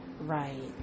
right